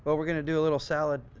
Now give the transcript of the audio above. but we're going to do a little salad,